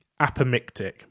apomictic